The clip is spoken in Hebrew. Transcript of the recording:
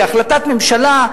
החלטת ממשלה,